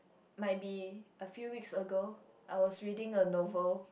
might be a few weeks ago I was reading a novel